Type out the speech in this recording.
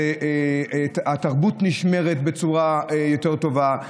התרבות נשמרת בצורה יותר טובה.